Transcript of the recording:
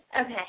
Okay